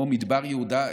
כמו מדבר יהודה.